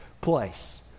place